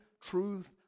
truth